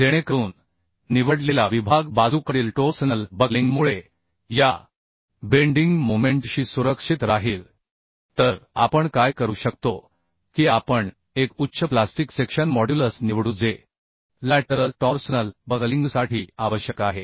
जेणेकरून निवडलेला विभाग बाजूकडील टोर्सनल बकलिंगमुळे या बेंडिंग मोमेंटशी सुरक्षित राहील तर आपण काय करू शकतो की आपण एक उच्च प्लास्टिक सेक्शन मॉड्युलस निवडू जे लॅटरल टॉर्सनल बकलिंगसाठी आवश्यक आहे